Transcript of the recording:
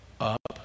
up